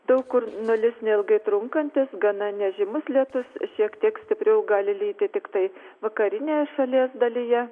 daug kur nulis neilgai trunkantis gana nežymus lietus šiek tiek stipriau gali lyti tiktai vakarinėje šalies dalyje